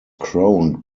crowned